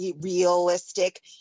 realistic